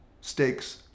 stakes